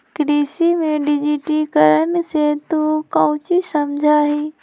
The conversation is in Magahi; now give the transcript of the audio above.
कृषि में डिजिटिकरण से तू काउची समझा हीं?